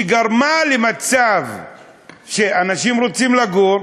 שגרמה למצב שאנשים רוצים לגור,